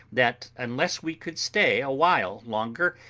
that, unless we could stay a while longer,